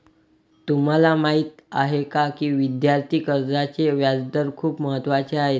तुम्हाला माहीत आहे का की विद्यार्थी कर्जाचे व्याजदर खूप महत्त्वाचे आहेत?